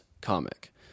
comic